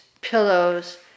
pillows